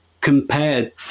compared